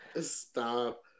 Stop